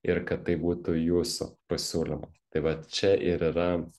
ir kad tai būtų jūsų pasiūlymas tai vat čia ir yra